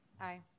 Aye